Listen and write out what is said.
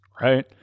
right